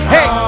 Hey